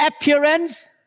appearance